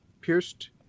pierced